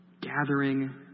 Gathering